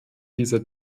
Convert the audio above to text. dieser